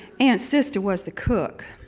aunt sister was the cook.